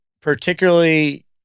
particularly